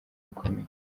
bikomeye